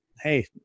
hey